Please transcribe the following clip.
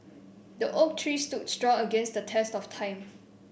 the oak tree stood strong against the test of time